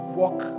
walk